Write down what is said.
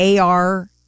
ar